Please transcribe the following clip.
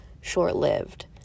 short-lived